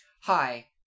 Hi